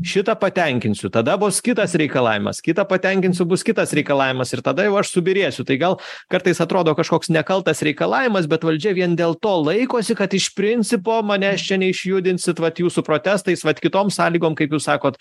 šitą patenkinsiu tada bus kitas reikalavimas kitą patenkinsiu bus kitas reikalavimas ir tada jau aš subyrėsiu tai gal kartais atrodo kažkoks nekaltas reikalavimas bet valdžia vien dėl to laikosi kad iš principo manęs čia neišjudinsit vat jūs su protestais vat kitom sąlygom kaip jūs sakot